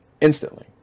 instantly